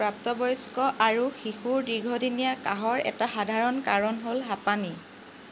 প্ৰাপ্তবয়স্ক আৰু শিশুৰ দীৰ্ঘদিনীয়া কাহৰ এটা সাধাৰণ কাৰণ হ'ল হাঁপানী